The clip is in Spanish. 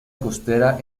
costera